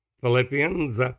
Philippians